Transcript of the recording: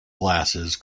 glasses